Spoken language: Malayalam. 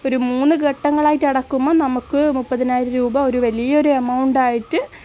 ഒരു മൂന്നു ഘട്ടങ്ങളായിട്ട് അടക്കുമ്പോൾ നമ്മൾക്ക് മുപ്പതിനായിരം രൂപ ഒരു വലിയ ഒരു എമൗണ്ട് ആയിട്ട്